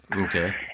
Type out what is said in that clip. Okay